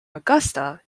augusta